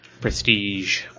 Prestige